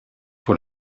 pour